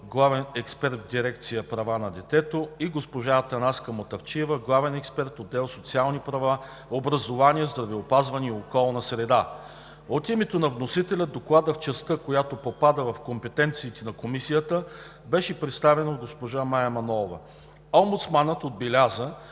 главен експерт в дирекция „Права на детето“, и госпожа Атанаска Мутафчиева – главен експерт, отдел „Социални права, образование, здравеопазване и околна среда“. От името на вносителя Докладът в частта, която попада в компетенциите на Комисията, беше представен от госпожа Мая Манолова. Омбудсманът отбеляза,